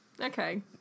Okay